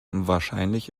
wahrscheinlich